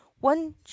one